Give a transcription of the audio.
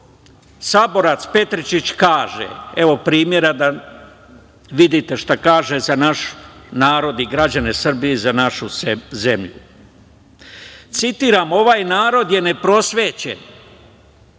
saborac Petričić kaže, evo primera da vidite šta kaže za naš narod i građane Srbije i za našu zemlju, citiram – ovaj narod je neprosvećen